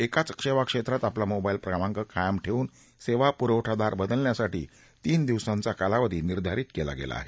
एकाच सेवा क्षेत्रात आपला मोबाईल क्रमांक कायम ठेवून सेवा पुरवठादार बदलण्यासाठी तीन दिवसांचा कालावधी निर्धारित केला आहे